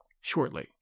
shortly